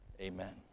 Amen